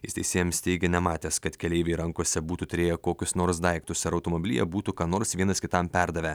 jis teisėjams teigė nematęs kad keleiviai rankose būtų turėję kokius nors daiktus ar automobilyje būtų ką nors vienas kitam perdavę